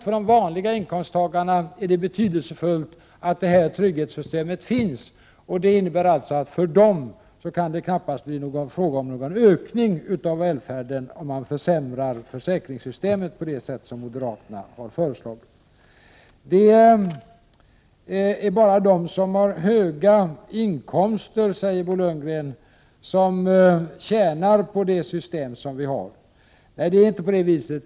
För de vanliga inkomsttagarna är det däremot betydelsefullt att detta trygghetssystem finns, och det innebär att det för dem knappast kan bli fråga om någon ökning av välfärden om försäkringssystemet försämras på det sätt som moderaterna har föreslagit. Det är bara de som har höga inkomster, säger Bo Lundgren, som tjänar på det nuvarande systemet. Nej, det är det inte.